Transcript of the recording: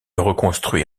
reconstruit